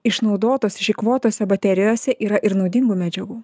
išnaudotose išeikvotose baterijose yra ir naudingų medžiagų